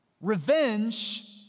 Revenge